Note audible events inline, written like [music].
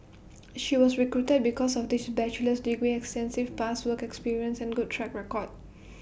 [noise] she was recruited because of this bachelor's degree extensive [noise] past work experience and good track record